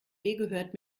gehört